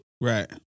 Right